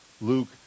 Luke